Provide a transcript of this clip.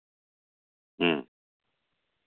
ᱦᱮᱸ